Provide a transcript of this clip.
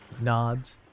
nods